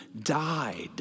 died